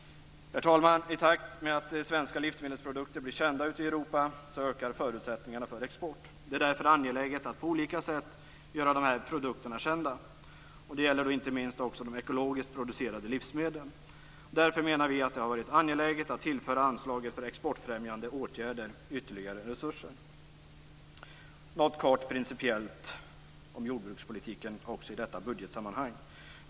Herr talman! I takt med att svenska livsmedelsprodukter blir kända ute i Europa ökar förutsättningarna för export. Det är därför angeläget att på olika sätt göra dessa produkter kända. Det gäller inte minst de ekologiskt producerade livsmedlen. Därför menar vi att det är angeläget att tillföra anslaget för exportfrämjande åtgärder ytterligare resurser. Jag vill säga något kort principiellt om jordbrukspolitiken också i detta budgetsammanhang.